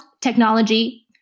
technology